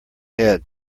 head